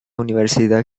universidad